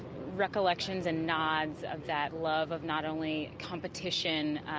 recollections and nods of that love of not only competition,